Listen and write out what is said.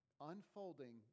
unfolding